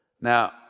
Now